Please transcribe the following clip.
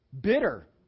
Bitter